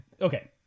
okay